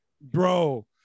Bro